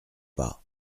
pas